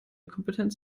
kompetenz